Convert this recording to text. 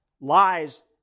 lies